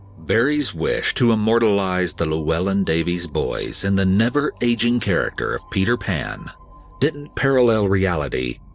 barrie's wish to immortalize the llewellyn davies boys in the never aging character of peter pan didn't parallel reality,